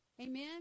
Amen